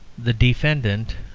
the defendant,